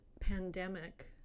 pandemic